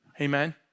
Amen